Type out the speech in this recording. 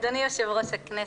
אדוני יושב-ראש הכנסת,